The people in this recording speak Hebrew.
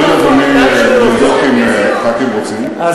אם חברי הכנסת ירצו,